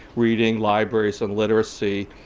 reading libraries and literacy,